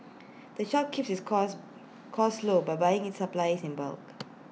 the shop keeps its costs costs low by buying its supplies in bulk